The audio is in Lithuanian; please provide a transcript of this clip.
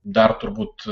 dar turbūt